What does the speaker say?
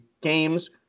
games